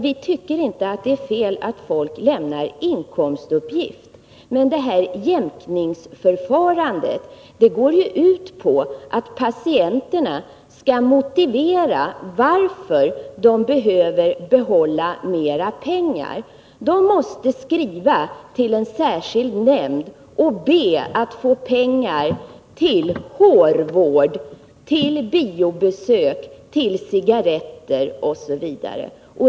Vi tycker inte att det är fel att folk lämnar inkomstuppgift, men jämkningsförfarandet går ju ut på att patienterna skall motivera varför de behöver behålla mer pengar. De måste skriva till en särskild nämnd och be att få pengar till hårvård, biobesök, cigaretter osv.